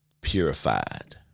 purified